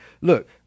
Look